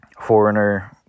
Foreigner